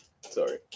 Sorry